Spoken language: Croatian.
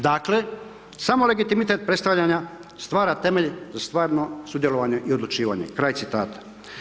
Dakle samo legitimitet predstavljanja stvara temelj za stvarno sudjelovanje i odlučivanje“, kraj citata.